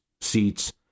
seats